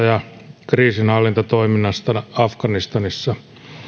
ja kriisinhallintatoiminnasta afganistanissa